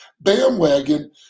bandwagon